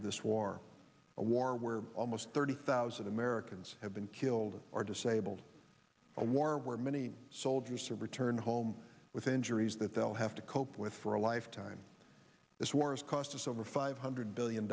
of this war a war where almost thirty thousand americans have been killed or disabled a war where many soldiers have returned home with injuries that they'll have to cope with for a lifetime this war has cost us over five hundred billion